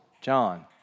John